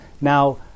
Now